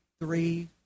three